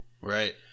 Right